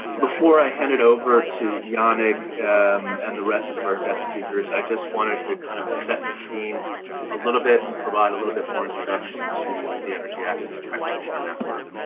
before i hand it over to jannik and the rest of our guest speakers i just wanted to kind of set the scene a little bit and provide a little bit more introduction to the energy access practitioner network.